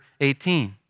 18